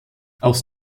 aus